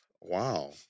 Wow